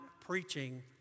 preaching